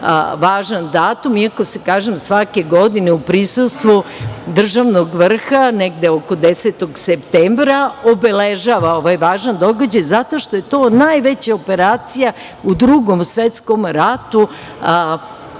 važan datum, iako se, kažem, svake godine u prisustvu državnog vrha, negde oko 10. septembra, obeležava ovaj važan događaj zato što je to najveća operacija u Drugom svetskom ratu